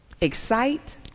excite